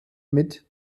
mit